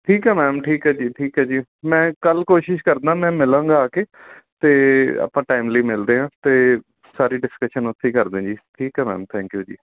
ਠੀਕ ਹੈ ਮੈਮ ਠੀਕ ਹੈ ਜੀ ਠੀਕ ਹੈ ਜੀ ਮੈਂ ਕੱਲ੍ਹ ਕੋਸ਼ਿਸ਼ ਕਰਦਾ ਮੈਂ ਮਿਲਾਂਗਾ ਆ ਕੇ ਅਤੇ ਆਪਾਂ ਟਾਈਮਲੀ ਮਿਲਦੇ ਹਾਂ ਅਤੇ ਸਾਰੀ ਡਿਸਕਸ਼ਨ ਉੱਥੇ ਹੀ ਕਰਦੇ ਜੀ ਠੀਕ ਹੈ ਮੈਮ ਥੈਂਕ ਯੂ ਜੀ